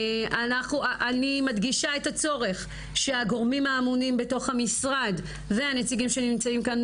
אני מדגישה את הצורך שהגורמים האמונים בתוך המשרד והנציגים שנמצאים כאן